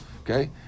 okay